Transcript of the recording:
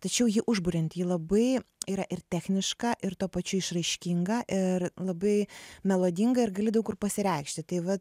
tačiau ji užburianti ji labai yra ir techniška ir tuo pačiu išraiškinga ir labai melodinga ir gali daug kur pasireikšti tai va